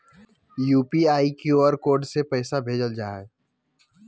UPI, QR code से पैसा भेजल जा हइ